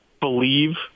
believe